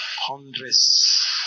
hundreds